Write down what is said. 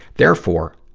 therefore,